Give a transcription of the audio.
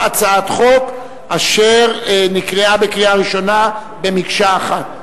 הצעת חוק אשר נקראה בקריאה ראשונה במקשה אחת.